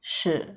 是